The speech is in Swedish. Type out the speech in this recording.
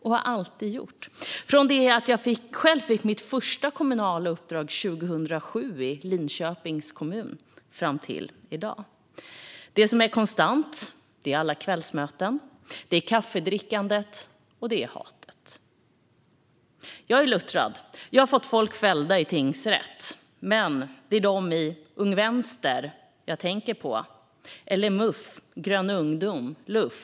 Så har det varit från det att jag själv fick mitt första kommunala uppdrag 2007 i Linköpings kommun fram till i dag. Det som är konstant är alla kvällsmöten, kaffedrickandet och hatet. Jag är luttrad; jag har fått folk fällda i tingsrätt. Men det är dem i Ung Vänster jag tänker på, eller dem i Muf, Grön Ungdom eller Luf.